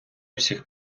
всіх